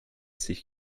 sich